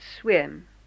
swim